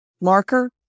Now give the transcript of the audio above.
Marker